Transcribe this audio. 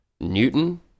Newton